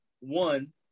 one